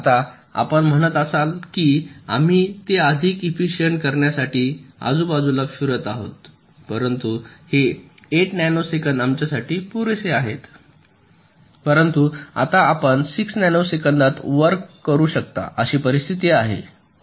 आता आपण म्हणत आहात की आम्ही ते अधिक इफिसिएंट करण्यासाठी आजूबाजूला फिरत आहोत परंतु हे 8 नॅनो सेकंद आमच्यासाठी पुरेसे आहे परंतु आता आपण 6 नॅनो सेकंदात वर्क करू शकता अशी परिस्थिती आहे